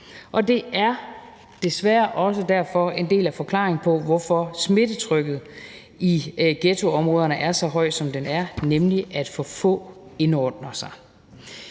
og det er desværre derfor også en del af forklaringen på, hvorfor smittetrykket i ghettoområderne er så højt, som det er, nemlig at for få indordner sig.